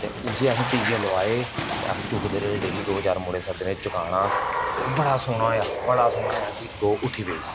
ते उसी असें टीके लुआए ते अस चुक्कदे रेह् डेली दो चार मुड़े सद्दने चकाना ओह् बड़ा सोह्ना होएआ बड़ा सोह्ना होएआ कि गै उट्ठी पेई